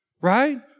Right